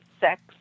sex